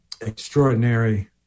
Extraordinary